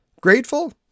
Grateful